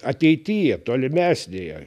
ateityje tolimesnėje